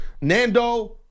Nando